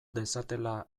dezatela